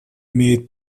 имеет